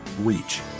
reach